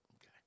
Okay